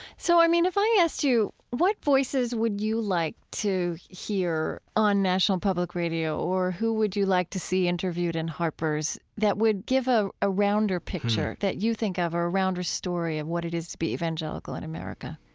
so, i mean, if i asked you, what voices would you like to hear on national public radio, or who would you like to see interviewed in harper's that would give ah a rounder picture that you think of, or a rounder story of what it is to be evangelical in america?